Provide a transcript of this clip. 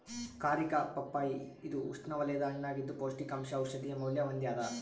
ಕಾರಿಕಾ ಪಪ್ಪಾಯಿ ಇದು ಉಷ್ಣವಲಯದ ಹಣ್ಣಾಗಿದ್ದು ಪೌಷ್ಟಿಕಾಂಶ ಔಷಧೀಯ ಮೌಲ್ಯ ಹೊಂದ್ಯಾದ